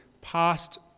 past